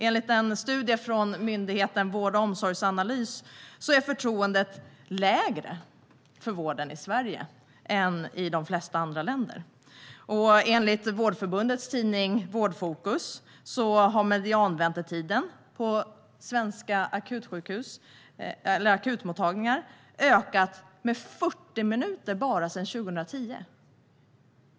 Enligt en studie från Myndigheten för vård och omsorgsanalys är förtroendet lägre för vården i Sverige än i de flesta andra länder. Enligt Vårdförbundets tidning Vårdfokus har medianväntetiden på svenska akutmottagningar ökat med 40 minuter bara sedan 2010.